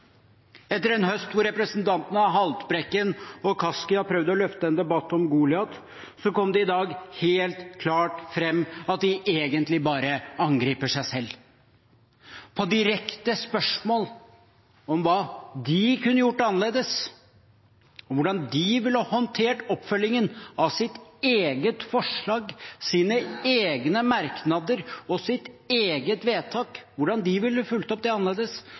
Etter en høst hvor representantene Haltbrekken og Kaski har prøvd å løfte en debatt om Goliat, kom det i dag helt klart fram at de egentlig bare angriper seg selv. På direkte spørsmål om hva de kunne gjort annerledes, hvordan de ville håndtert oppfølgingen av sitt eget forslag, sine egne merknader og sitt eget vedtak – hvordan de ville fulgt opp det annerledes